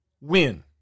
win